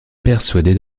persuadé